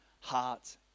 heart